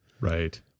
right